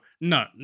no